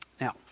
Now